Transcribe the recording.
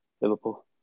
Liverpool